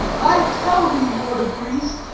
i tell thee, lord of greece,